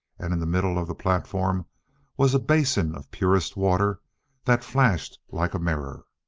and in the middle of the platform was a basin of purest water that flashed like a mirror.